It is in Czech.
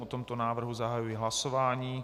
O tomto návrhu zahajuji hlasování.